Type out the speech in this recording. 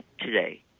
today